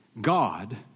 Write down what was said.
God